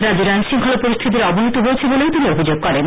রাজ্যের আইন শৃঙ্খলা পরিস্থিতির অবনতি হয়েছে বলেও তিনি অভিযোগ করেন